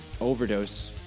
Overdose